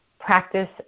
practice